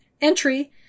entry